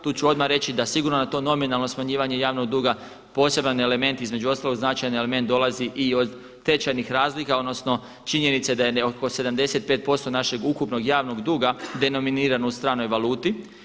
Tu ću odmah reći da sigurno da to nominalno smanjivanje javnog duga poseban element između ostalog značajan element dolazi i od tečajnih razlika odnosno činjenice da je oko 75% našeg ukupnog javnog duga denominirano u stranoj valuti.